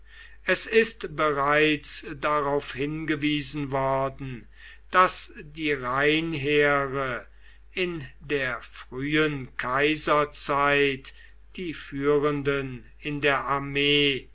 es ist bereits darauf hingewiesen worden daß die rheinheere in der frühen kaiserzeit die führenden in der armee